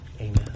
Amen